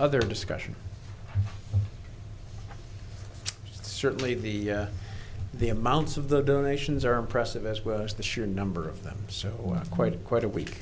other discussion certainly the the amounts of the donations are impressive as well as the sheer number of them so quite quite a week